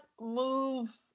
move